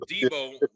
Debo